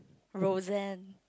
Rosanne